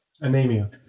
Anemia